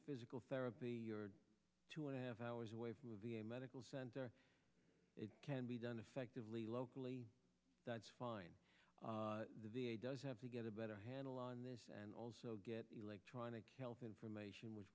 physical therapy two and a half hours away from the v a medical center it can be done effectively locally that's fine does have to get a better handle on this and also get electronic health information which